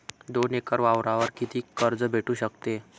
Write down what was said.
दोन एकर वावरावर कितीक कर्ज भेटू शकते?